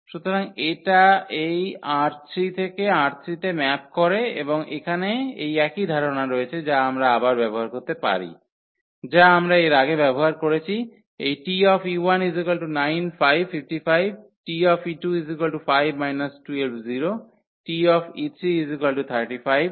সুতরাং এটা এই ℝ3 থেকে ℝ3 তে ম্যাপ করে এবং এখানে এই একই ধারণা রয়েছে যা আমরা আবার ব্যবহার করতে পারি যা আমরা এর আগে ব্যবহার করেছি এই 𝑇9555 𝑇5 120 𝑇3527 42